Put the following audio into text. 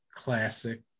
classic